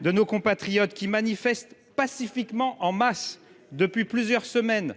de nos compatriotes, qui manifestent en masse pacifiquement depuis plusieurs semaines,